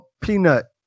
Peanut